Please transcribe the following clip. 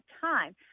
time